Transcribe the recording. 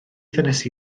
ddynes